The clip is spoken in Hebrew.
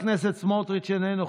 חבר הכנסת סמוטריץ' איננו,